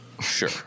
Sure